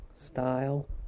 style